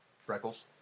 Freckles